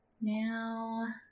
Now